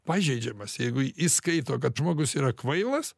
pažeidžiamas jeigu jis skaito kad žmogus yra kvailas